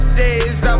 days